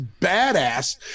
badass